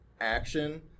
action